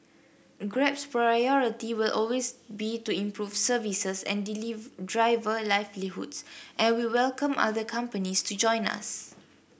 Grab's priority will always be to improve services and driver livelihoods and we welcome other companies to join us